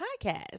Podcast